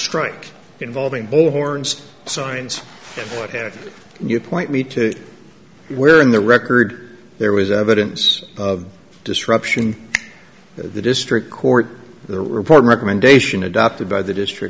strike involving bullhorns signs and what have you point me to where in the record there was evidence of disruption that the district court the report recommendation adopted by the district